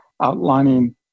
outlining